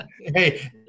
Hey